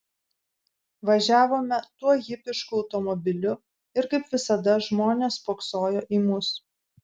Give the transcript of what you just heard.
važiavome tuo hipišku automobiliu ir kaip visada žmonės spoksojo į mus